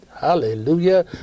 Hallelujah